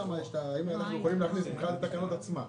האם אנחנו יכולים להכניס את זה מבחינת התקנות עצמן?